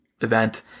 event